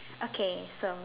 okay so